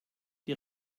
die